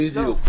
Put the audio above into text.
בדיוק.